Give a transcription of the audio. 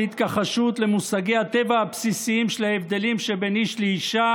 התכחשות למושגי הטבע הבסיסיים של ההבדלים שבין איש לאישה